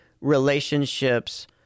relationships